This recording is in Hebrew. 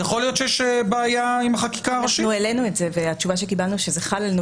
יכול להיות שיש את הגוף החוקר והגוף שאמון על מתן